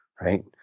right